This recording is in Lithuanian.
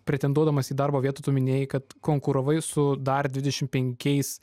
pretenduodamas į darbo vietą tu minėjai kad konkuravai su dar dvidešim penkiais